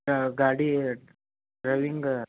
ಹಾಂ ಗಾಡಿ ಡ್ರೈವಿಂಗ